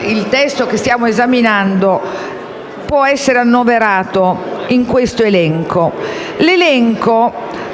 il testo che stiamo esaminando può essere annoverato nell'elenco